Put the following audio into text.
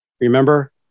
remember